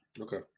Okay